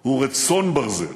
הוא רצון ברזל